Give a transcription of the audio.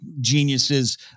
geniuses